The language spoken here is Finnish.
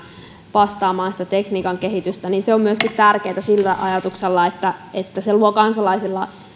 vastaamaan tekniikan kehitystä on tärkeätä myöskin sillä ajatuksella että että se luo kansalaisille